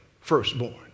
firstborn